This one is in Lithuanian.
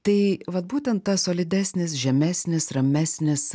tai vat būtent tas solidesnis žemesnis ramesnis